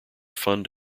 fund